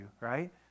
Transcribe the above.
right